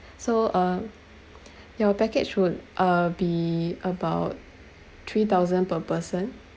so uh your package would uh be about three thousand per person